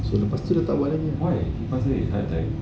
lepas tu tak buat lagi